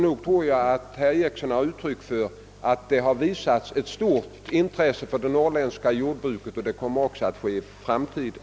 Nog tror jag att man måste säga att det har visats ett stort intresse för det norrländska jordbruket, och det kommer att ske också i framtiden.